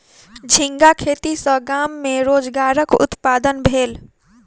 झींगा खेती सॅ गाम में रोजगारक उत्पादन भेल